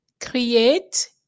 create